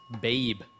Babe